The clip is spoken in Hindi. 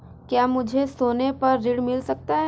क्या मुझे सोने पर ऋण मिल सकता है?